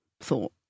thought